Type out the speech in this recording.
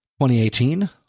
2018